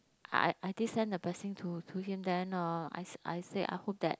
I I I did sent the person to him then oh I I said after that